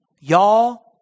Y'all